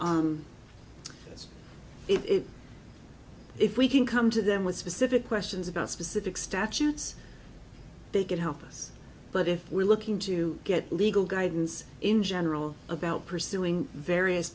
it if we can come to them with specific questions about specific statutes they could help us but if we're looking to get legal guidance in general about pursuing various